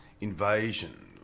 invasion